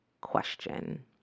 question